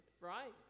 right